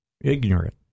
ignorant